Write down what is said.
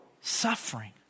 suffering